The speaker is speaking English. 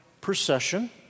procession